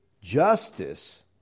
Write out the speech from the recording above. justice